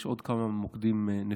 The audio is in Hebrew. יש עוד כמה מוקדים נפיצים.